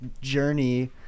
journey